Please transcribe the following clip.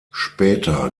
später